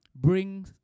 Bring